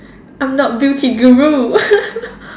I'm not Gucci guru